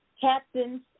captains